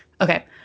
okay